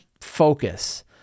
focus